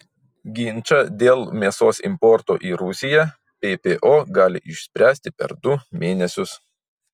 ginčą dėl mėsos importo į rusiją ppo gali išspręsti per du mėnesius